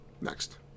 Next